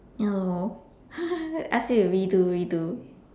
ya lor ask you to redo redo